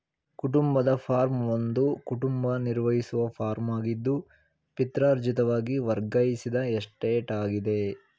ಕುಟುಂಬದ ಫಾರ್ಮ್ ಒಂದು ಕುಟುಂಬ ನಿರ್ವಹಿಸುವ ಫಾರ್ಮಾಗಿದ್ದು ಪಿತ್ರಾರ್ಜಿತವಾಗಿ ವರ್ಗಾಯಿಸಿದ ಎಸ್ಟೇಟಾಗಿದೆ